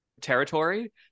territory